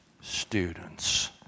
students